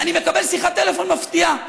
אני מקבל שיחת טלפון מפתיעה,